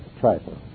trifle